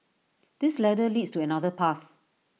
this ladder leads to another path